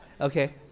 Okay